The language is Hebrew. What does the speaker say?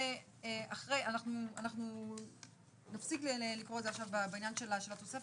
אנחנו נפסיק לקרוא את זה עכשיו בעניין של התוספת,